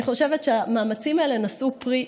אני חושבת שהמאמצים האלה נשאו פרי,